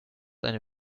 eine